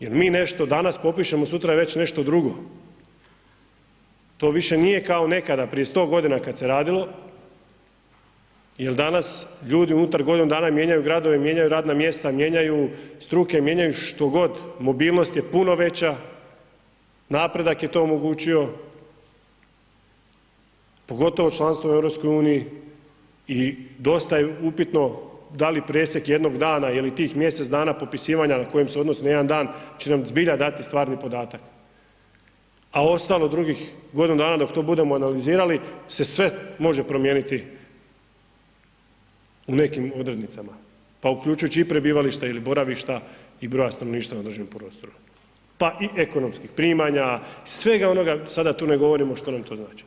Jer mi nešto danas popišemo sutra je već nešto drugo, to više nije kao nekada prije sto godina kada se radilo jel danas ljudi unutar godinu dana mijenjaju gradove, mijenjaju radna mjesta, mijenjaju struke, mijenjaju što god, mobilnost je puno veća, napredak je to omogućio, pogotovo članstvo u EU i dosta je upitno da li presjek jednog dana ili tih mjesec dana popisivanja … na jedan dan će nam zbilja dati stvarni podatak, a ostalo drugih godinu dana dok to budemo analizirali se sve može promijeniti u nekim odrednicama, pa uključujući i prebivališta ili boravišta i broja stanovništva na određenom prostoru, pa i ekonomskih primanja, svega onoga da sada tu ne govorim što nam to znači.